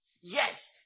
Yes